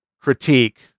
critique